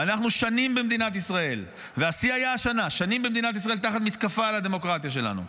ואנחנו שנים במדינת ישראל תחת מתקפה על הדמוקרטיה שלנו,